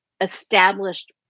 established